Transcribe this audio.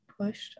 pushed